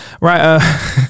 Right